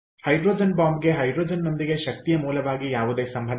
hydrogen bomb ಗೆ ಹೈಡ್ರೋಜನ್ನೊಂದಿಗೆ ಶಕ್ತಿಯ ಮೂಲವಾಗಿ ಯಾವುದೇ ಸಂಬಂಧವಿಲ್ಲ